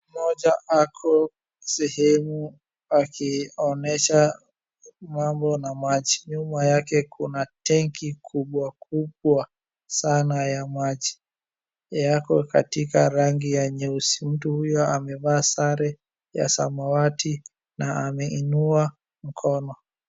Mmoja ako sehemu akionyesha mambo na maji. Nyuma yake kuna tenki kubwa kubwa sana ya maji. Yako katika rangi ya nyeusi. Mtu huyo amevaa sare ya samawati na ameinua mkono.